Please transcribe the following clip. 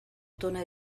tona